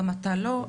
גם אתה לא,